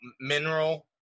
mineral